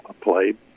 played